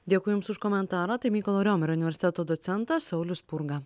dėkui jums už komentarą tai mykolo riomerio universiteto docentas saulius spurga